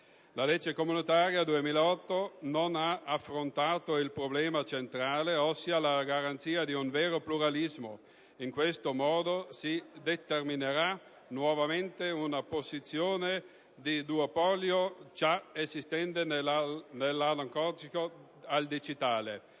La legge comunitaria del 2008 non ha affrontato il problema centrale, ossia la garanzia di un vero pluralismo: in questo modo, si determinerà anche nel digitale una posizione di duopolio, già esistente nell'analogico. Ribadisco